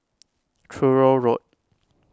Truro Road